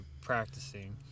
practicing